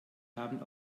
haben